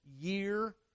year